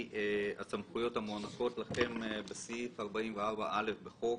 הסמכויות המוענקות לכם בסעיף 44א' לחוק,